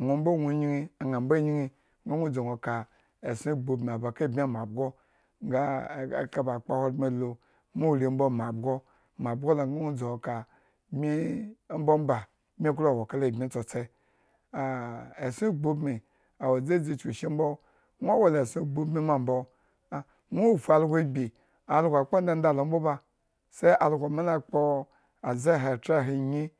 nwo mbo nyin añan mbo nyin, nga nwo adʒu nga no ka eson gbu ubin a ba kabmi mabgo nga eka ba akpa ahogbren alu, mori mbo mabgo, mabgo la nga nwo dʒu nwo ka bmi omba ba bmi klo wo kala bmi tsotse. A eson gbu ubin a wo dʒeʒi chukushi mbo, nwo wala eson gbu ubin mambo, a nwo fu algo agbi algo kpo dandan lo boba sai algo me lo akpo aʒe eha chra ehas nyin.